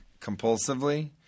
compulsively